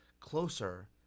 closer